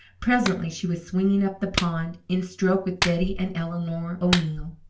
presently she was swinging up the pond in stroke with betty and eleanor o'neill.